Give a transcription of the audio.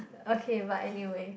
okay but anyway